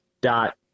dot